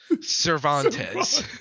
Cervantes